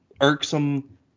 irksome